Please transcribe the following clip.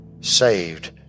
saved